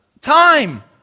Time